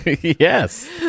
yes